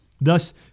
thus